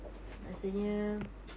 rasanya